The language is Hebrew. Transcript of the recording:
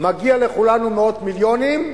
מגיע לכולנו מאות מיליונים.